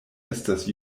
estas